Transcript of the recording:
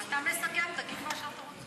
אתה מסכם, תגיד מה שאתה רוצה.